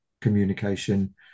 communication